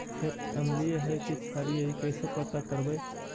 खेत अमलिए है कि क्षारिए इ कैसे पता करबै?